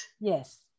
yes